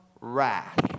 wrath